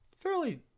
fairly